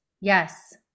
Yes